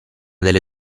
delle